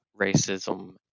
racism